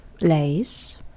Lace